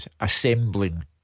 assembling